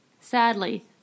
Sadly